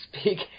speak